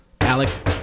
Alex